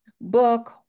book